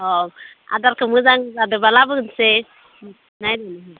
अ आदारखौ मोजां जादोबाला लाबोनोसै नायनो